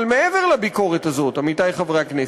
אבל מעבר לביקורת הזאת, עמיתי חברי הכנסת,